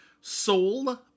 Soul